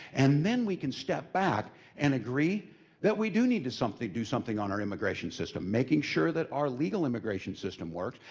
and then we can step back and agree that we do need to do something on our immigration system, making sure that our legal immigration system works,